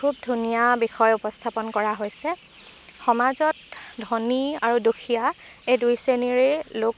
খুব ধুনীয়া বিষয় উপস্থাপন কৰা হৈছে সমাজত ধনী আৰু দুখীয়া এই দুই শ্ৰেণীৰেই লোক